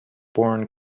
born